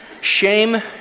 Shame